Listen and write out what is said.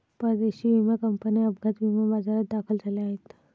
परदेशी विमा कंपन्या अपघात विमा बाजारात दाखल झाल्या आहेत